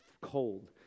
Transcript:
cold